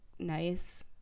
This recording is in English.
nice